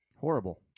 Horrible